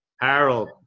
Harold